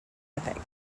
epic